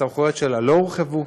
הסמכויות שלה לא הורחבו,